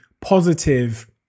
positive